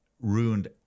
ruined